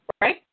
right